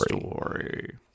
story